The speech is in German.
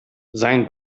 sein